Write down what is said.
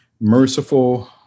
merciful